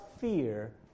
fear